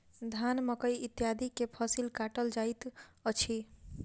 धान, मकई इत्यादि के फसिल काटल जाइत अछि